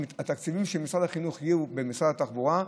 שאם התקציבים של משרד החינוך יהיו במשרד התחבורה,